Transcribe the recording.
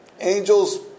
Angels